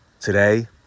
Today